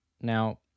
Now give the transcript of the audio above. Now